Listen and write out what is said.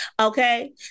Okay